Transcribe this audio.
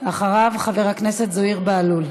אחריו חבר הכנסת זוהיר בהלול.